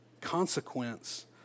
consequence